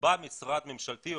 בא משרד ממשלתי,